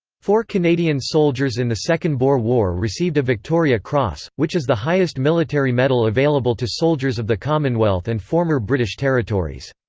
four canadian soldiers in the second boer war received a victoria cross, which is the highest military medal available to soldiers of the commonwealth and former british territories.